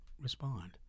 respond